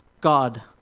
God